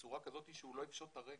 בצורה כזאת שהוא לא יפשוט את הרגל.